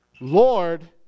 Lord